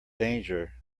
danger